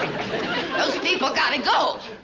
those people got to go.